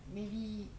maybe